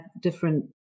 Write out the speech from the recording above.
different